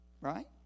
Right